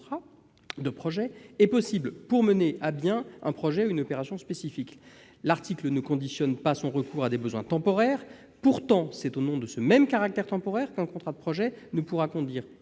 de projet est possible pour mener à bien un projet ou une opération spécifique. L'article ne conditionne pas son recours à des besoins temporaires. Pourtant, c'est au nom de ce même caractère temporaire qu'un contrat de projet ne pourra conduire